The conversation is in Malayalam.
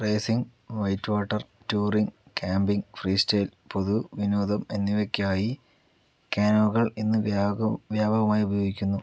racing white water touring camping freestyle പൊതു വിനോദം എന്നിവയ്ക്കായി കാനോകൾ ഇന്ന് വ്യാകവ് വ്യാപകമായി ഉപയോഗിക്കുന്നു